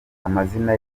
amazina